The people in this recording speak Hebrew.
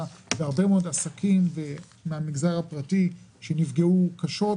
שהרבה מאוד עסקים מהמגזר הפרטי נפגעו קשות,